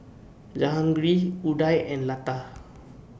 Jehangirr Udai and Lata